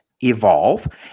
evolve